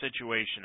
situation